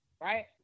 right